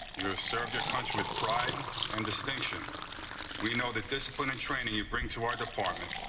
you have served your country with pride and distinction we know the discipline and training you bring to our department.